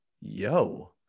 yo